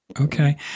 Okay